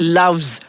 loves